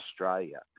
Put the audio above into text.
Australia